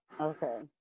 Okay